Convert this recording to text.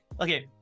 Okay